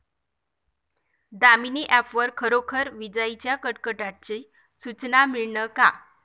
Damini app वर खरोखर विजाइच्या कडकडाटाची सूचना मिळन का?